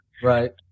Right